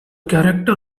character